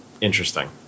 interesting